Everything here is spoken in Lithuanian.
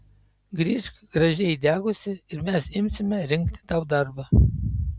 grįžk gražiai įdegusi ir mes imsime rinkti tau darbą